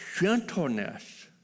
gentleness